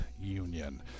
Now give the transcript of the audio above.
union